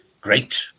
great